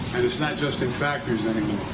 not just in factories anymore.